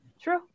true